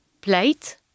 plate